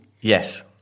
Yes